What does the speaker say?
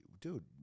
dude